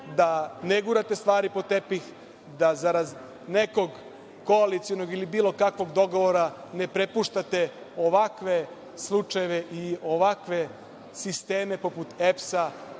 da ne gurate stvari pod tepih, da zarad nekog koalicionog ili bilo kakvog dogovora ne prepuštate ovakve slučajeve i ovakve sisteme poput EPS-a